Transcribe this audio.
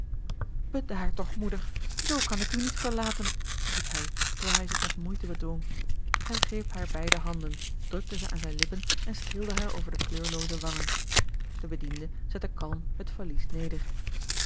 bedaar toch moeder zoo kan ik u niet verlaten riep hij terwijl hij zich met moeite bedwong hij greep hare beide handen drukte ze aan zijne lippen en streelde haar over de kleurlooze wangen de bediende zette kalm het valies neder